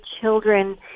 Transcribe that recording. children